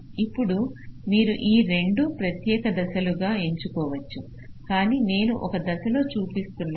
ఇప్పుడు మీరు ఈ రెండు ప్రత్యేక దశలుగా ఎంచుకోవచ్చు కాని నేను ఒక దశలో చూపిస్తున్నాను